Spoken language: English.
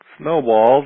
Snowballs